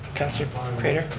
councilor but and craitor.